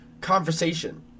conversation